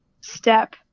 step